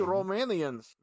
Romanians